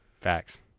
Facts